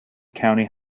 county